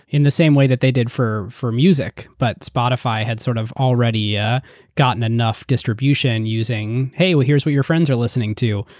in the same way that they did for for music, but spotify had sort of already yeah gotten enough distribution using, hey, here's what your friends are listening to.